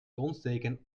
donsdeken